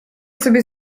sobie